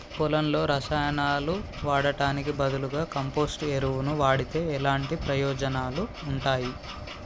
పొలంలో రసాయనాలు వాడటానికి బదులుగా కంపోస్ట్ ఎరువును వాడితే ఎలాంటి ప్రయోజనాలు ఉంటాయి?